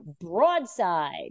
Broadside